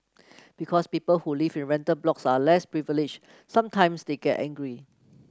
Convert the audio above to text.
because people who live in rental blocks are less privilege sometimes they get angry